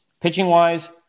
Pitching-wise